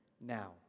now